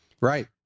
right